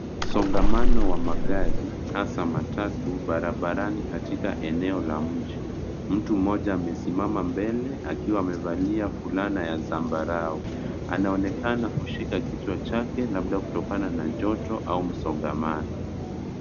Msongamano wa magari, haswa matatu barabarani katika eneo la mji, mtu mmoja amesimma mbele akiwa amevalia fulana ya zambarau anaonekana kushika kichwa chake labda kutokana na joto au msongamano.